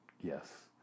Yes